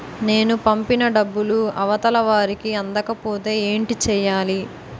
నేను పంపిన డబ్బులు అవతల వారికి అందకపోతే ఏంటి చెయ్యాలి?